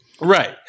Right